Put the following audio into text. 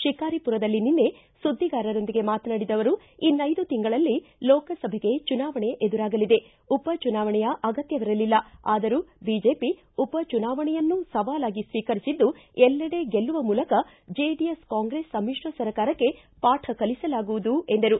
ಶಿಕಾರಿಮರದಲ್ಲಿ ನಿನ್ನ ಸುದ್ದಿಗಾರರೊಂದಿಗೆ ಮಾತನಾಡಿದ ಅವರು ಇನ್ನೈದು ತಿಂಗಳಲ್ಲಿ ಲೋಕಸಭೆಗೆ ಚುನಾವಣೆ ಎದುರಾಗಲಿದೆ ಉಪಚುನಾವಣೆಯ ಅಗತ್ಶವಿರಲಿಲ್ಲ ಆದರೂ ಬಿಜೆಪಿ ಉಪಚುನಾವಣೆಯನ್ನೂ ಸವಾಲಾಗಿ ಸ್ವೀಕರಿಸಿದ್ದು ಎಲ್ಲೆಡೆ ಗೆಲ್ಲುವ ಮೂಲಕ ಜೆಡಿಎಸ್ ಕಾಂಗ್ರೆಸ್ ಸಮಿತ್ರ ಸರ್ಕಾರಕ್ಕೆ ಪಾಠ ಕಲಿಸಲಾಗುವುದು ಎಂದರು